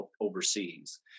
overseas